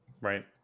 Right